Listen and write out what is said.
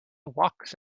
walks